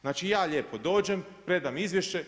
Znači ja lijepo dođem predam izvješće.